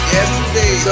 Yesterday